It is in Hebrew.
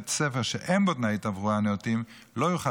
בית ספר שאין בו תנאי תברואה נאותים לא יוכל